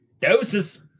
Doses